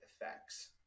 effects